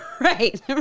Right